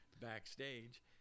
backstage